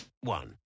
one